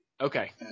Okay